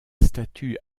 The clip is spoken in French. statut